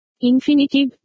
Infinitive